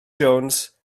jones